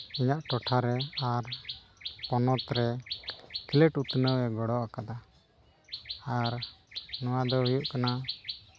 ᱟᱞᱮᱭᱟᱜ ᱴᱚᱴᱷᱟ ᱨᱮ ᱟᱨ ᱯᱚᱱᱚᱛ ᱨᱮ ᱯᱞᱮᱹᱴ ᱩᱛᱱᱟᱹᱣᱮ ᱜᱚᱲᱚᱣ ᱠᱟᱫᱟ ᱟᱨ ᱱᱚᱣᱟᱫᱚ ᱦᱩᱭᱩᱜ ᱠᱟᱱᱟ